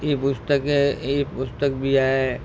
ई पुस्तके ई पुस्तक बि आहे